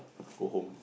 go home